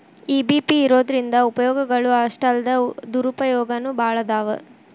EBP ಇರೊದ್ರಿಂದಾ ಉಪಯೊಗಗಳು ಅಷ್ಟಾಲ್ದ ದುರುಪಯೊಗನೂ ಭಾಳದಾವ್